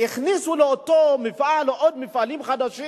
הכניסו לאותו מפעל עוד מפעלים חדשים,